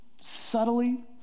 subtly